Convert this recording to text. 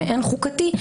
מעין חוקתי,